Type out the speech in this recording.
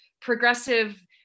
progressive